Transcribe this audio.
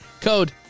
code